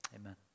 amen